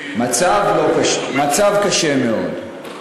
מצב קשה מאוד.